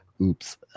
Oops